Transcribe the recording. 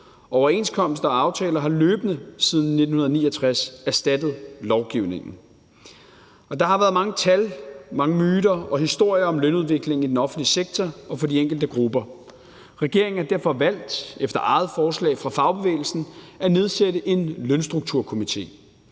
Overenskomster og aftaler har løbende siden 1969 erstattet lovgivningen. Der har været mange tal, mange myter og historier om lønudviklingen i den offentlige sektor og for de enkelte grupper, og regeringen har derfor valgt efter eget forslag fra fagbevægelsen at nedsætte en Lønstrukturkomité.